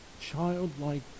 childlike